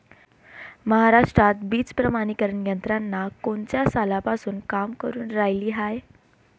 महाराष्ट्रात बीज प्रमानीकरण यंत्रना कोनच्या सालापासून काम करुन रायली हाये?